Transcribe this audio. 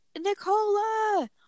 Nicola